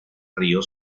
río